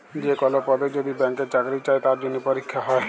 যে কল পদে যদি ব্যাংকে চাকরি চাই তার জনহে পরীক্ষা হ্যয়